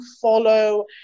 follow